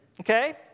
Okay